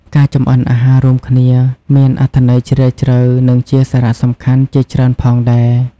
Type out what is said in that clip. ការចម្អិនអាហាររួមគ្នាមានអត្ថន័យជ្រាលជ្រៅ និងជាសារៈសំខាន់ជាច្រើនផងដែរ ។